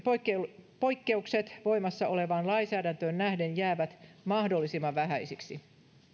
poikkeukset poikkeukset voimassa olevaan lainsäädäntöön nähden jäävät mahdollisimman vähäisiksi